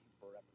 forever